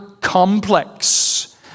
complex